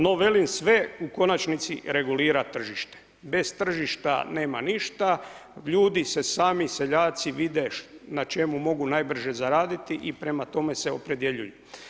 No velim sve u konačnici regulira tržište, bez tržišta nema ništa, ljudi se sami seljaci vide na čemu mogu najbrže zaraditi i prema tome se opredjeljuju.